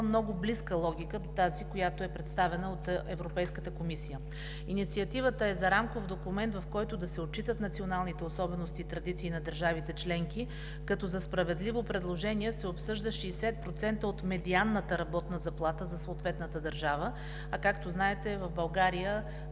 много близка логика до тази, която е представена от Европейската комисия. Инициативата е за рамков документ, в който да се отчитат националните особености и традиции на държавите членки, като за справедливо предложение се обсъжда 60% от медианната работна заплата за съответната държава. Както знаете, в България